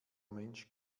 mensch